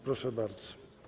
Proszę bardzo.